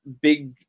big